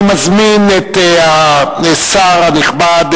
אני מזמין את השר הנכבד,